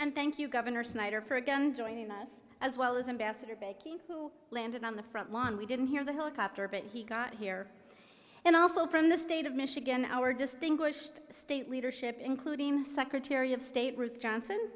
and thank you governor snyder for again joining us as well as ambassador becky landed on the front lawn we didn't hear the helicopter but he got here and also from the state of michigan our distinguished state leadership including secretary of state ruth johnson